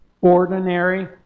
ordinary